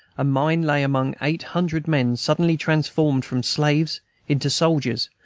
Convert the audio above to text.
mine lay among eight hundred men suddenly transformed from slaves into soldiers,